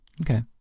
Okay